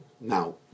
Now